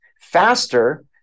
faster